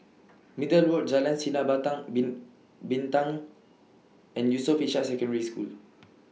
Middle Road Jalan Sinar Bin Bintang and Yusof Ishak Secondary School